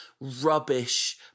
rubbish